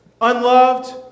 unloved